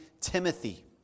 Timothy